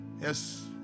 Yes